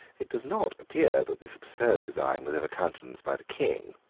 it does not appear that this absurd design was ever countenanced by the king.